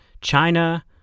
China